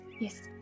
Yes